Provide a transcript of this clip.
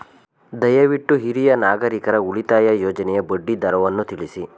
ದಯವಿಟ್ಟು ಹಿರಿಯ ನಾಗರಿಕರ ಉಳಿತಾಯ ಯೋಜನೆಯ ಬಡ್ಡಿ ದರವನ್ನು ತಿಳಿಸಿ